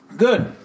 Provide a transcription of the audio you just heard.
Good